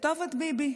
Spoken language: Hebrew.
לטובת ביבי.